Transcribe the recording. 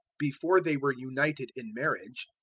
before they were united in marriage,